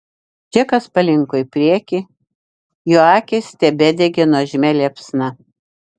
džekas palinko į priekį jo akys tebedegė nuožmia liepsna